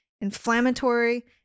inflammatory